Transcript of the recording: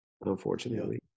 unfortunately